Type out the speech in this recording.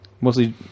mostly